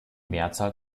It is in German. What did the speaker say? mehrzahl